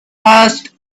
passed